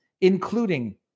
including